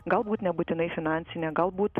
galbūt nebūtinai finansinę galbūt